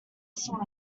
sort